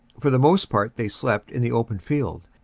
for the most part they slept in the open field,